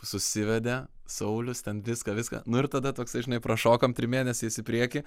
susivedė saulius ten viską viską nu ir tada toksai žinai prašokom trim mėnesiais į priekį